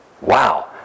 Wow